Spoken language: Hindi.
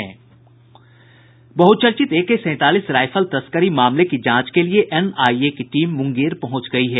बहुचर्चित एके सैंतालीस राइफल तस्करी मामले की जांच के लिए एनआईए की टीम मूंगेर पहुंच गयी है